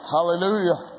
Hallelujah